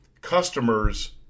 customers